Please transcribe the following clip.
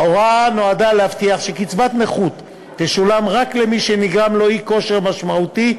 ההוראה נועדה להבטיח שקצבת נכות תשולם רק למי שנגרם לו אי-כושר משמעותי,